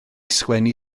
sgwennu